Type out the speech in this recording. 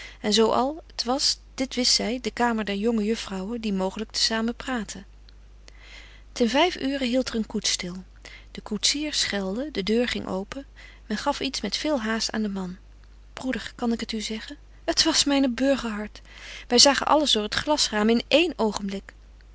en zo al t was dit wist zy de kamer der jonge juffrouwen die mooglyk te samen praatten ten vyf uuren hieldt er een koets stil de koetsier schelde de deur ging open men gaf iets met veel haast aan den man broeder kan ik het u zeggen t was myne burgerhart wy zagen alles door het glasraam in één oogenblik